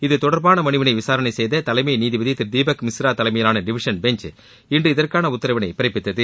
இதுதொடர்பான மனுவினை விசாரணை செய்த தலைமை நீதிபதி திரு தீபக் மிஸ்ரா தலைமையிலாள டிவிஷன் பெஞ்ச் இன்று இதற்கான உத்தரவினை பிறப்பித்தது